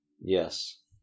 Yes